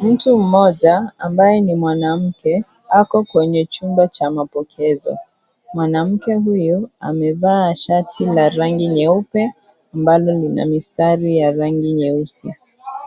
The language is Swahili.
Mtu mmoja, ambaye ni mwanamke, ako kwenye chumba cha mapokezi. Mwanamke huyo, amevaa shati la rangi nyeupe, ambalo lina mistari ya rangi nyeusi.